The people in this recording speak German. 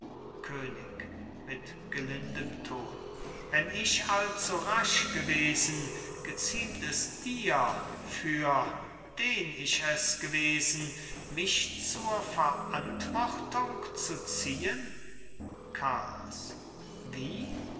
könig mit gelindem tone wenn ich allzu rasch gewesen geziemt es dir für den ich es gewesen mich zur verantwortung zu ziehen carlos wie